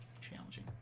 challenging